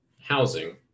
housing